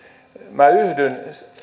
minä yhdyn